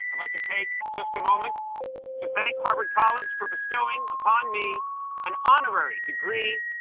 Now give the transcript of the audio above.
like to take just a moment to thank harvard college for bestowing upon me an honorary degree,